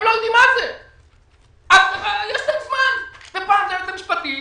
פעם זה היועץ המשפטי,